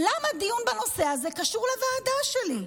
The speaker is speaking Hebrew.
למה דיון בנושא הזה קשור לוועדה שלי?